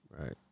Right